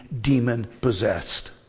demon-possessed